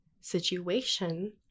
situation